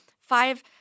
five